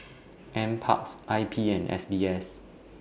NParks I P and S B S